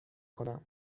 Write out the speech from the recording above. کنم